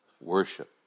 worship